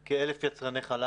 יש לנו כ-1,000 יצרני חלב